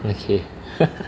okay